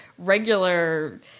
Regular